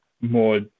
more